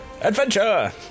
Adventure